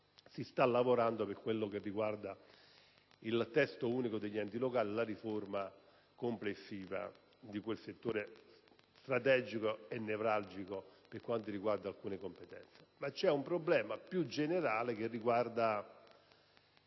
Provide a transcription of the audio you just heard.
si sta lavorando con il Testo unico degli enti locali e la riforma complessiva di quel settore strategico e nevralgico, in particolare per quanto riguarda alcune competenze. Ma c'è un problema più generale che riguarda